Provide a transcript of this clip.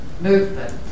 movement